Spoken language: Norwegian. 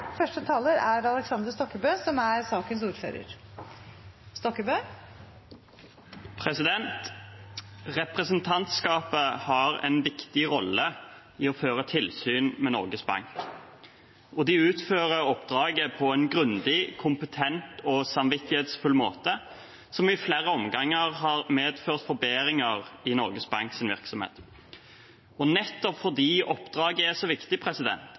Representantskapet har en viktig rolle i å føre tilsyn med Norges Bank, og de utfører oppdraget på en grundig, kompetent og samvittighetsfull måte, som i flere omganger har medført forbedringer i Norges Banks virksomhet. Nettopp fordi oppdraget er så viktig,